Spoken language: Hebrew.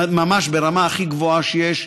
ממש ברמה הכי גבוהה שיש,